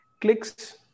clicks